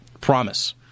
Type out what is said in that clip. promise